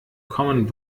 common